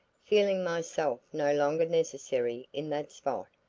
feeling myself no longer necessary in that spot,